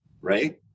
right